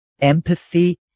empathy